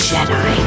Jedi